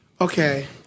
Okay